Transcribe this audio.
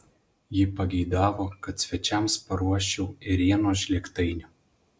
ji pageidavo kad svečiams paruoščiau ėrienos žlėgtainių